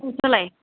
नोंस्रालाय